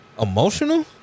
Emotional